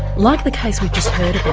like the case we've just heard